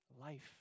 life